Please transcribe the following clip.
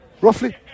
roughly